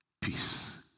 Peace